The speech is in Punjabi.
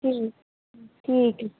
ਠੀ ਠੀਕ ਏ